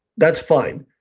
that's fine,